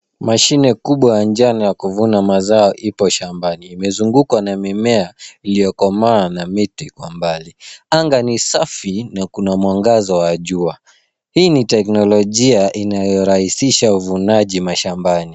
Mashine kubwa ya njano ya kuvuna mazao ipo shambani. Imezungukwa na mimea iliyokomaa na miti kwa mbali. Anga ni safi na kuna mwangaza wa jua. Hii ni teknolojia inayorahisisha uvunaji mashambani.